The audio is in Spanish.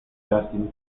justin